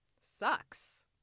sucks